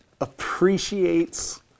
appreciates